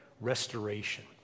restoration